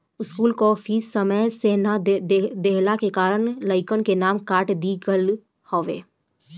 school कअ fees समय से ना देहला के कारण लइकन के नाम काट दिहल गईल हवे